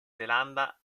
zelanda